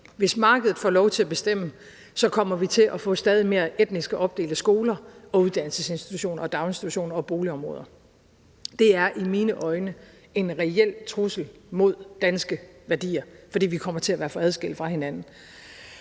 Hvis markedet får lov til at bestemme, kommer vi til at få stadig mere etnisk opdelte skoler, uddannelsesinstitutioner, daginstitutioner og boligområder. Det er i mine øjne en reel trussel imod danske værdier, for vi kommer til at være adskilte fra hinanden.